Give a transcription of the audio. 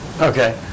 Okay